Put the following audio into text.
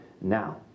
now